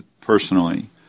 personally